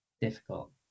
difficult